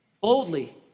Boldly